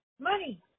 money